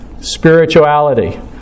spirituality